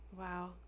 Wow